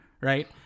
right